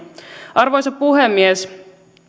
arvoisa puhemies